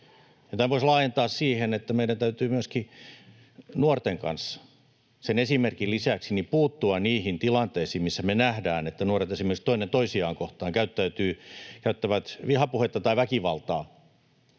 Tämän voisi laajentaa siihen, että meidän täytyy myöskin nuorten kanssa sen esimerkin lisäksi puuttua niihin tilanteisiin, missä me nähdään, että nuoret esimerkiksi toinen toisiaan kohtaan käyttävät vihapuhetta tai väkivaltaa